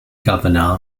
governor